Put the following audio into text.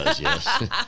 yes